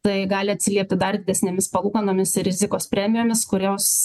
tai gali atsiliepti dar didesnėmis palūkanomis ir rizikos premijomis kurios